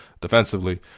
defensively